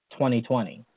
2020